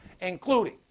including